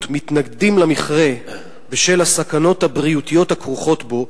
מתנגדים למכרה בשל הסכנות הבריאותיות הכרוכות בו,